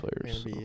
players